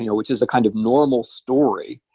you know which is a kind of normal story,